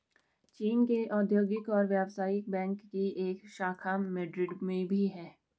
चीन के औद्योगिक और व्यवसायिक बैंक की एक शाखा मैड्रिड में भी है